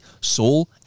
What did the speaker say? soul